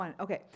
okay